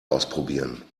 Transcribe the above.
ausprobieren